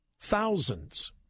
Thousands